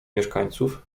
mieszkańców